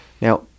Now